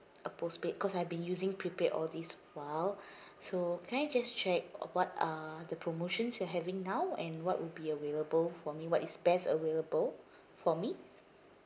a postpaid cause I've been using prepaid all this while so can I just check uh what are the promotions you're having now and what will be available for me what is best available for me